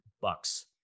bucks